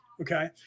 Okay